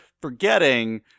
forgetting